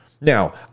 Now